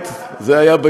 זה היה 11 יום משמעותיים.